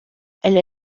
elle